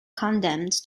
condemned